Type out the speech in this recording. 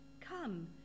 Come